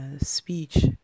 speech